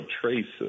Traces